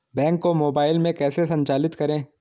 Bank को mobile में कैसे संचालित करें?